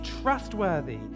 trustworthy